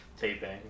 taping